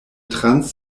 trans